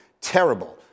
terrible